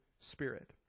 Spirit